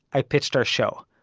i pitched our show.